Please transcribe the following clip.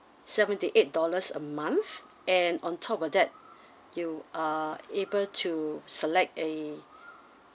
seventy-eight dollars a month and on top of that you are able to select a